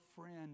friend